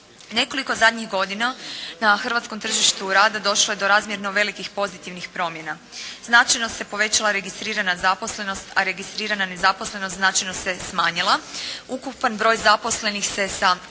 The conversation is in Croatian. Nekoliko zadnjih godina na hrvatskom tržištu rada došlo je do razmjerno velikih pozitivnih promjena. Značajno se povećala registrirana zaposlenost, a registrirana nezaposlenost značajno se smanjila. Ukupan broj zaposlenih se sa milijun